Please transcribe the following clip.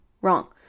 wrong